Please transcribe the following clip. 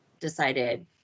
decided